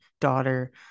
daughter